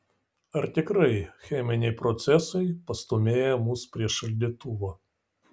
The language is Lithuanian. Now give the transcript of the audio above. ar tikrai cheminiai procesai pastūmėja mus prie šaldytuvo